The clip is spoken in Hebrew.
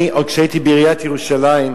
אני, עוד כשהייתי בעיריית ירושלים,